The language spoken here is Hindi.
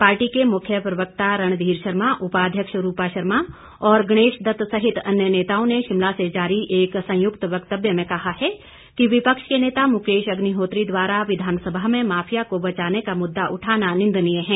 पार्टी के मुख्य प्रवक्ता रणधीर शर्मा उपाध्यक्ष रूपा शर्मा और गणेश दत्त सहित अन्य नेताओं ने शिमला से जारी एक संयुक्त वक्तव्य में कहा है कि विपक्ष के नेता मुकेश अग्निहोत्री द्वारा विधानसभा में माफिया को बचाने का मुद्दा उठाना निंदनीय है